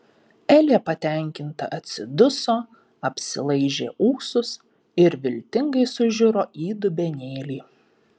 elė patenkinta atsiduso apsilaižė ūsus ir viltingai sužiuro į dubenėlį